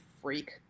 freak